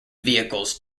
vehicles